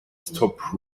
stop